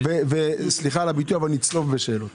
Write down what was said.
סליחה על הביטוי אבל נצלוב בשאלות